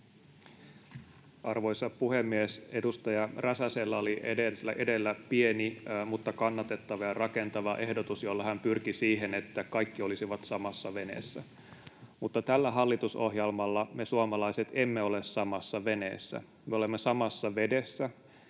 Arvoisa puhemies! Edustaja Räsäsellä oli edellä pieni mutta kannatettava ja rakentava ehdotus, jolla hän pyrki siihen, että kaikki olisivat samassa veneessä, mutta tällä hallitusohjelmalla me suomalaiset emme ole samassa veneessä. Me olemme samassa vedessä,